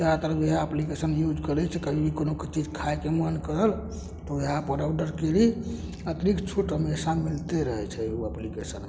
जादातर वएह application use करै छी कभी भी कोनो चीज खाइके मोन करल तऽ वएहपर अपन ऑडर कएली अतिरिक्त छूट हमेशा मिलिते रहै छै ओ एप्लिकेशनमे